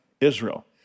Israel